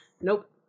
Nope